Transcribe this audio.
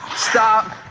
stop,